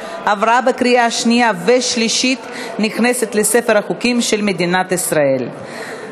עברה בקריאה שנייה ושלישית ונכנסת לספר החוקים של מדינת ישראל.